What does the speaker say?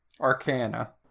arcana